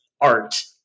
art